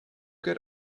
get